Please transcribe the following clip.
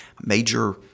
major